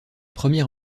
premier